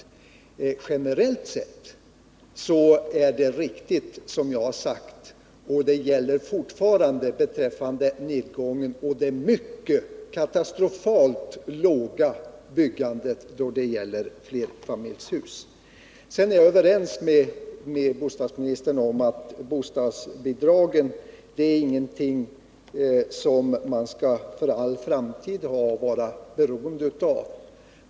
Generellt sett är det riktigt, som jag har sagt, att vi upplever en nedgång och ett katastrofalt lågt byggande då det gäller flerfamiljshus. Jag är ense med bostadsministern om att bostadsbidragen inte är någonting som man för all framtid skall vara beroende av.